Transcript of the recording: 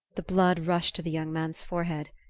the blood rushed to the young man's forehead.